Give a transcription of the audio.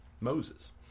Moses